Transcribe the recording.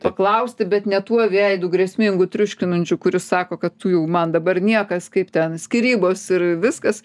paklausti bet ne tuo veidu grėsmingu triuškinančiu kuris sako kad tu jau man dabar niekas kaip ten skyrybos ir viskas